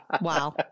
Wow